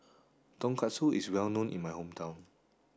tonkatsu is well known in my hometown